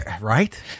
Right